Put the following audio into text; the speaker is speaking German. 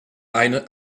eine